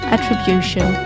Attribution